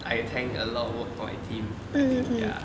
I tank a lot of work for my team I think ya